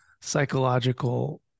psychological